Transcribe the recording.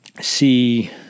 see